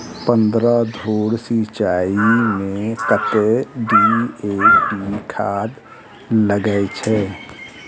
पन्द्रह धूर मिर्चाई मे कत्ते डी.ए.पी खाद लगय छै?